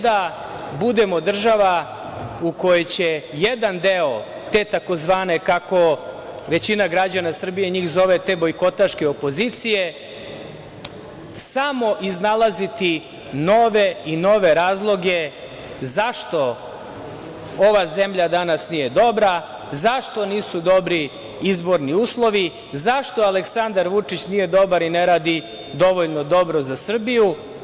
Da ne budemo država u kojoj će jedan deo te takozvane, kako većina građana Srbije njih zove, te bojkotaške opozicije, samo iznalaziti nove i nove razloge zašto ova zemlja danas nije dobra, zašto nisu dobri izborni uslovi, zašto Aleksandar Vučić nije dobar i ne radi dovoljno dobro za Srbiju.